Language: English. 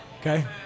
Okay